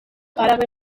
árabe